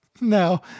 no